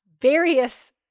various